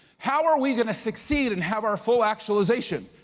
how are we gonna succeed and have our full actualization?